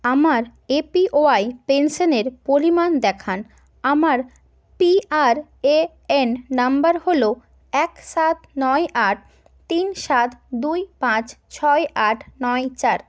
আমার A P Y পেনশানের পরিমাণ দেখান আমার P R A N number হলো এক সাত নয় আট তিন সাত দুই পাঁচ ছয় আট নয় চার